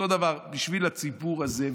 אותו דבר בשביל הציבור הזה,